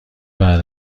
بعد